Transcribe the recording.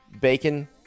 bacon